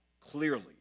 clearly